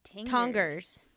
Tongers